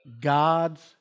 God's